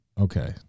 Okay